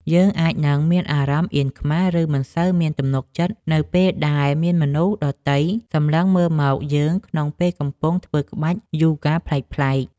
យើងអាចនឹងមានអារម្មណ៍អៀនខ្មាស ឬមិនសូវមានទំនុកចិត្តនៅពេលដែលមានមនុស្សដទៃសម្លឹងមើលមកយើងក្នុងពេលកំពុងធ្វើក្បាច់យូហ្គាប្លែកៗ។